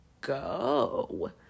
go